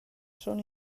són